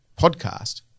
podcast